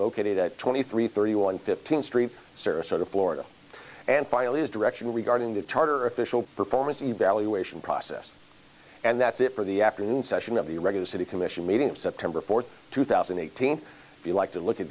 located at twenty three thirty one fifteenth street sarasota florida and file is direction regarding the charter official performance evaluation process and that's it for the afternoon session of the regular city commission meeting of september fourth two thousand and eighteen if you like to look at